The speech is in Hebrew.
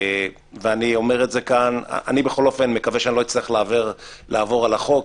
אני בכל אופן מקווה שלא אצטרך לעבור על החוק,